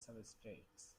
substrates